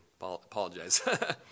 Apologize